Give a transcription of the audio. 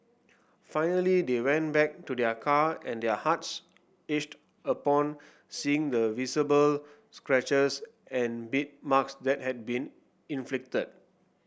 finally they went back to their car and their hearts ached upon seeing the visible scratches and beat marks that had been inflicted